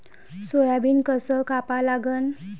Soybean कस कापा लागन?